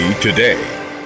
today